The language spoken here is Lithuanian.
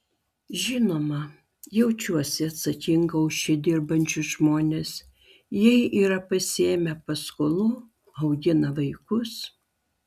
žinoma jaučiuosi atsakinga už čia dirbančius žmones jie yra pasiėmę paskolų augina vaikus